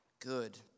Good